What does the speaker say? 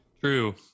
True